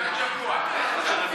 פרשת שבוע.